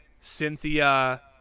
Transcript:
cynthia